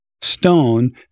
stone